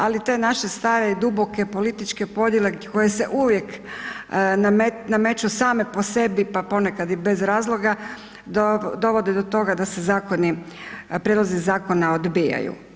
Ali te naše stare i duboke političke podjele koje su uvijek nameću same po sebi pa ponekad i bez razloga dovode do toga da se zakoni, prijedlozi zakona odbijaju.